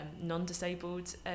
non-disabled